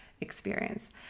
experience